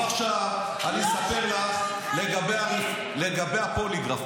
עכשיו, אני אספר לך לגבי הפוליגרף.